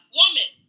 woman